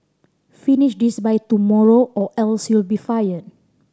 finish this by tomorrow or else you'll be fired